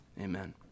Amen